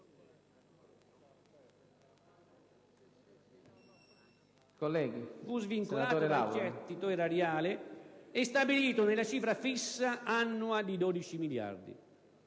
statale fu svincolato dal gettito erariale e stabilito nella cifra fissa annua di 12 miliardi.